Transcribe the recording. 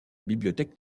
bibliothèque